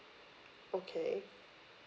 okay